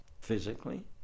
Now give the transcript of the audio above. physically